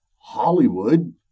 Hollywood